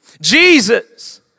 Jesus